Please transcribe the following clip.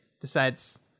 decides